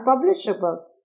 unpublishable